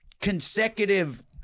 consecutive